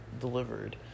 delivered